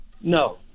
No